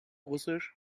russisch